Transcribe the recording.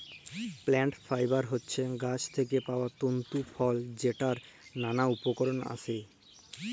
plant fibre হছে গাহাচ থ্যাইকে পাউয়া তল্তু ফল যেটর ম্যালা উপকরল আসে